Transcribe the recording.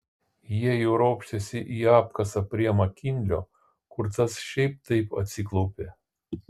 jie jau ropštėsi į apkasą prie makinlio kur tas šiaip taip atsiklaupė